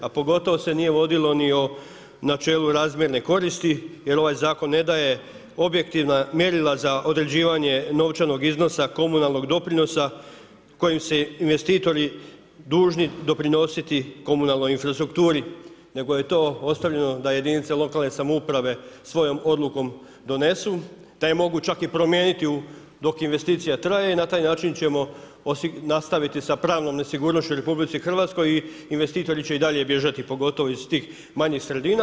A pogotovo se nije vodilo niti o načelu razmjerne koristi jer ovaj zakon ne daje objektivna mjerila za određivanje novčanog iznosa komunalnog doprinosa kojim su investitori dužni doprinositi komunalnoj infrastrukturi, nego je to ostavljeno da jedinice lokalne samouprave svojom odlukom donesu, da je mogu čak i promijeniti dok investicija traje i na taj način ćemo nastaviti sa pravnom nesigurnošću u Republici Hrvatskoj i investitori će i dalje bježati pogotovo iz tih manjih sredina.